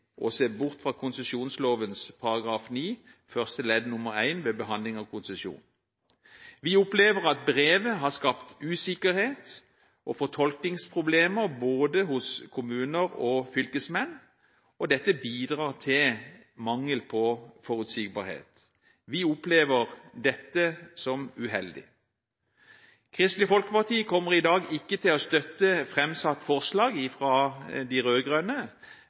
å se bort fra konsesjonsloven § 9 første ledd nr. 1 ved behandling av konsesjon. Vi opplever at brevet har skapt usikkerhet og fortolkningsproblemer hos både kommuner og fylkesmenn, og dette bidrar til en mangel på forutsigbarhet. Vi opplever dette som uheldig. Kristelig Folkeparti kommer i dag ikke til å støtte det framsatte forslaget fra de